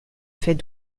fait